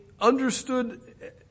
understood